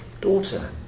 daughter